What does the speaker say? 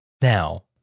now